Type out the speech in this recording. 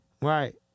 Right